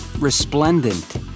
Resplendent